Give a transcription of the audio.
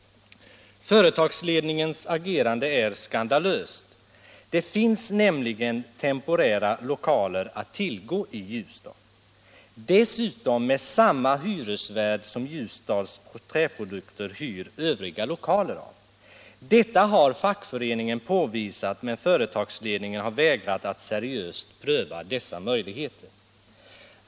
Företagsledningens agerande är skandalöst. Det finns nämligen temporära lokaler att tillgå i Ljusdal, dessutom med samma hyresvärd som Ljusdals Träprodukter hyr sina övriga lokaler av. Detta har fackföreningen påvisat, men företagsledningen har vägrat att seriöst pröva dessa möjligheter.